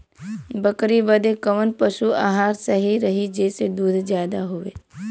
बकरी बदे कवन पशु आहार सही रही जेसे दूध ज्यादा होवे?